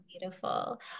beautiful